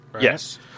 Yes